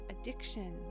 addiction